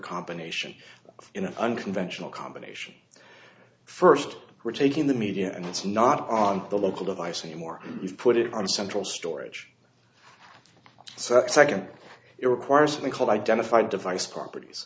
combination in an unconventional combination first we're taking the media and it's not on the local device anymore we put it on central storage so second it requires i call identified device properties